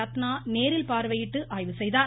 ரத்னா நேரில் பார்வையிட்டு ஆய்வு செய்தார்